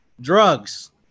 Drugs